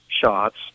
shots